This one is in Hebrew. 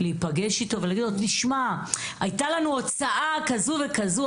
ולהגיד לו: "הייתה לנו הוצאה כזו וכזו,